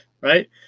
Right